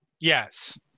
yes